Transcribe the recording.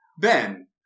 Ben